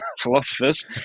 philosophers